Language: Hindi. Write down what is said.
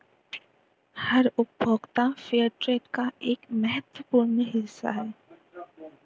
हर उपभोक्ता फेयरट्रेड का एक महत्वपूर्ण हिस्सा हैं